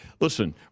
listen